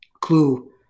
clue